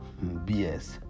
BS